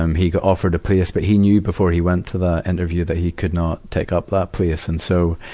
um he got offered a place. but he knew before he went to the interview that he could not take up that place. and so,